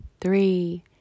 three